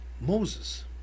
Moses